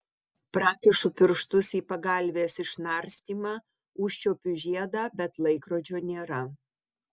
prakišu pirštus į pagalvės išnarstymą užčiuopiu žiedą bet laikrodžio nėra